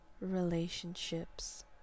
relationships